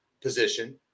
position